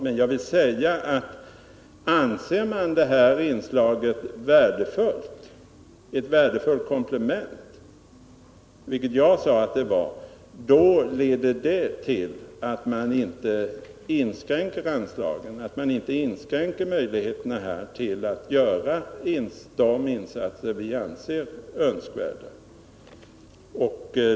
Men jag vill säga att anser man att det här inslaget är ett värdefullt komplement, vilket jag sade att det var, så måste det leda till att man inte inskränker anslagen och möjligheterna att göra de insatser som anses önskvärda.